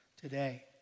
today